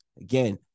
Again